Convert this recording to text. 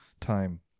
time